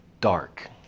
dark